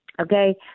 Okay